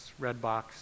Redbox